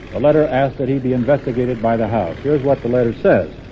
the letter asked that he be investigated by the house. here's what the letter says.